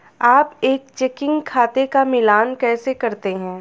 आप एक चेकिंग खाते का मिलान कैसे करते हैं?